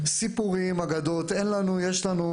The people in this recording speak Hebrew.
סיפורים, אגדות אין לנו, יש לנו.